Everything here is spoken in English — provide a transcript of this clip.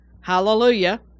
Hallelujah